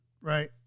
Right